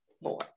more